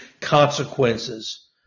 consequences